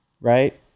Right